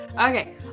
Okay